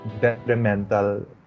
detrimental